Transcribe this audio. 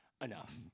Enough